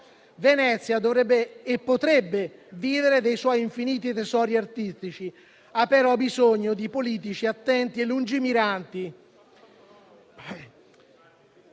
Venezia dovrebbe e potrebbe vivere dei suoi infiniti tesori artistici, ha però bisogno di politici attenti e lungimiranti.